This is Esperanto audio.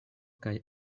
kaj